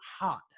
hot